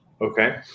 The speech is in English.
okay